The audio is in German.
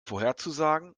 vorherzusagen